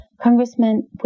Congressman